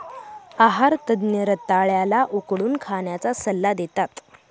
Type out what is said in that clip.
आहार तज्ञ रताळ्या ला उकडून खाण्याचा सल्ला देतात